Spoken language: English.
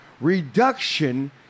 reduction